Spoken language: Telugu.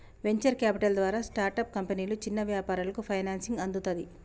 వెంచర్ క్యాపిటల్ ద్వారా స్టార్టప్ కంపెనీలు, చిన్న వ్యాపారాలకు ఫైనాన్సింగ్ అందుతది